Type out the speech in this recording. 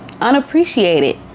unappreciated